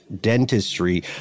Dentistry